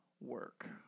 work